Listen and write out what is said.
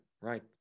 right